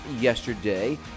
yesterday